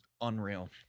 unreal